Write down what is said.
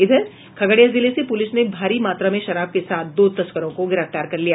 इधर खगड़िया जिले से पुलिस ने भारी मात्रा में शराब के साथ दो तस्करों को गिरफ्तार कर लिया